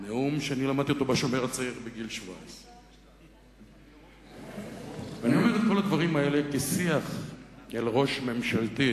נאום שאני למדתי אותו ב"שומר הצעיר" בגיל 17. אני אומר את כל הדברים האלה כשיח אל ראש ממשלתי,